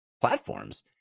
platforms